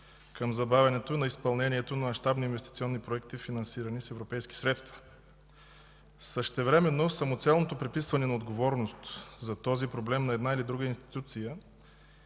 към забавянето на изпълнението на мащабни инвестиционни проекти, финансирани с европейски средства. Същевременно самоцелното приписване на отговорност за този проблем на една или друга институция